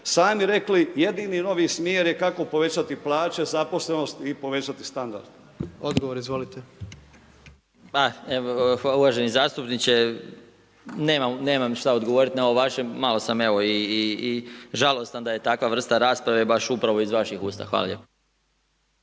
sami rekli. Jedini novi smjer je kako povećati plaće, zaposlenost i povećati standard. **Jandroković, Gordan (HDZ)** Odgovor izvolite. **Marić, Zdravko** Pa evo uvaženi zastupniče, nemam šta odgovoriti na ovo vaše, malo sam evo i žalostan da je takva vrsta rasprave baš upravo iz vaših usta. Hvala lijepo.